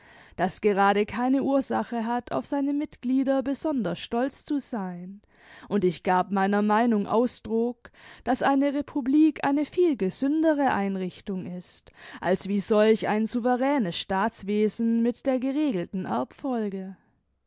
das gerade keine ursache hat auf seine mitglieder besonders stolz zu sein und ich gab meiner meinung ausdruck daß eine republik eine viel gesündere einrichtung ist als wie solch ein souveränes staatswesen mit der geregelten erbfolge